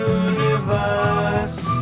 universe